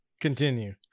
continue